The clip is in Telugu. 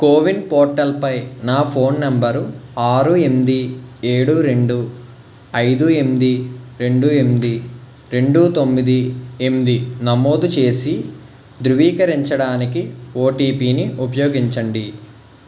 కోవిన్ పోర్టల్పై నా ఫోన్ నంబరు ఆరు ఎనిమిది ఏడూ రెండు ఐదు ఎనిమిది రెండు ఎనిమిది రెండు తొమ్మిది ఎనిమిది నమోదు చేసి ధృవీకరరించడానికి ఓటిపిని ఉపయోగించండి